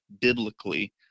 biblically